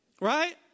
Right